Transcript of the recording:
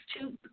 two